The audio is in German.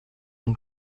und